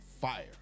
fire